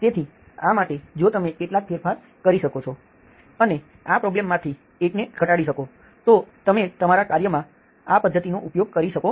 તેથી આ માટે જો તમે કેટલાક ફેરફાર કરી શકો અને આ પ્રોબ્લેમમાંથી એકને ઘટાડી શકો તો તમે તમારા કાર્યમાં આ પદ્ધતિનો ઉપયોગ કરી શકો